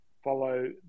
follow